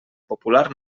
popular